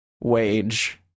wage